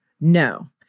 No